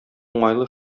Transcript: уңайлы